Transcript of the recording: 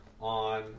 on